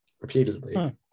repeatedly